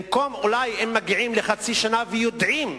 במקום, אולי, אם מגיעים לחצי שנה ויודעים,